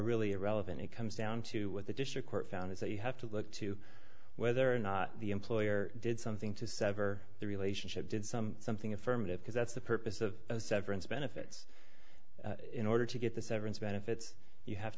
really irrelevant it comes down to what the district court found is that you have to look to whether or not the employer did something to sever the relationship did some something affirmative because that's the purpose of severance benefits in order to get the severance benefits you have